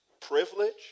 privilege